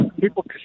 people